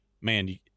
man